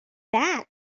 that